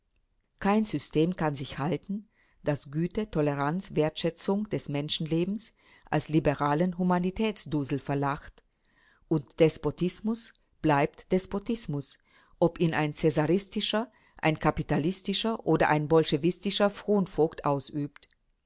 kein system kann sich halten das güte toleranz wertschätzung des menschenlebens als liberalen humanitätsdusel verlacht und despotismus bleibt despotismus ob ihn ein zäsaristischer ein kapitalistischer oder ein bolschewistischer fronvogt ausübt